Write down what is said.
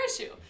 issue